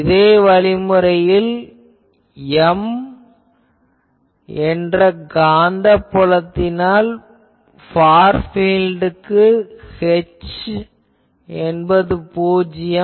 இதே வழிமுறையில் M என்ற காந்த புலத்தினால் உள்ள ஃபார் பீல்டுக்கு Hr என்பது பூஜ்யம்